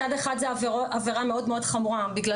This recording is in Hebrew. מצד אחד זה עבירה מאוד חמורה בגלל